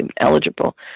eligible